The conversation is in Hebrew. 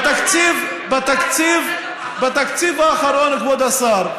בתקציב האחרון, כבוד השר,